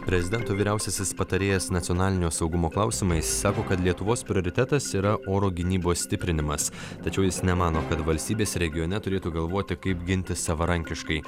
prezidento vyriausiasis patarėjas nacionalinio saugumo klausimais sako kad lietuvos prioritetas yra oro gynybos stiprinimas tačiau jis nemano kad valstybės regione turėtų galvoti kaip gintis savarankiškai